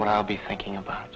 when i'll be thinking about